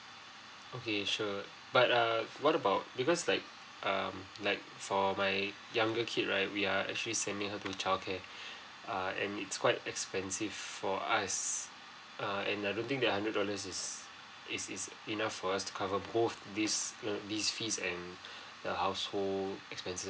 okay sure but uh what about because like um like for my younger kid right we are actually sending her to childcare uh and it's quite expensive for us uh and I don't think that hundred dollars is is is enough for us to cover both this err this fees and the household expenses